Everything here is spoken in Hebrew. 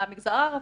מהמגזר הערבי,